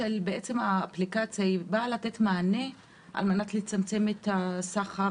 ההקמה של האפליקציה באה לתת מענה על מנת לצמצם סחר